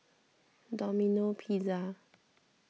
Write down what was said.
Domino Pizza